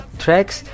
tracks